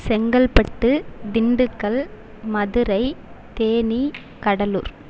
Chengalpattu Dindigul Madurai Theni Cuddalore